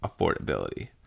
affordability